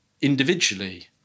individually